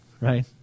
Right